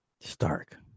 Stark